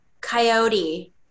coyote